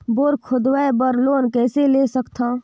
Bore खोदवाय बर loan कइसे ले सकथव?